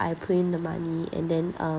I put in the money and then um